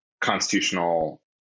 constitutional